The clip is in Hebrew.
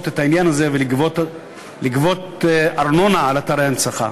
את העניין הזה ולגבות ארנונה על אתרי הנצחה.